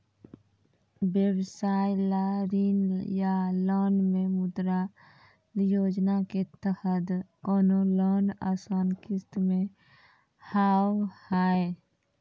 व्यवसाय ला ऋण या लोन मे मुद्रा योजना के तहत कोनो लोन आसान किस्त मे हाव हाय?